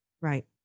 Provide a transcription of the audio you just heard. Right